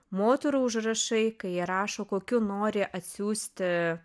moterų užrašai ką jie rašo kokių nori atsiųsti